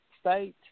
State